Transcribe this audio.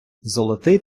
золотий